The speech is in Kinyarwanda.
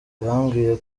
yambwiye